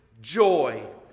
joy